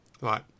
Right